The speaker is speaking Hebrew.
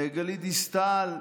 גלית דיסטל,